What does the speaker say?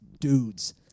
dudes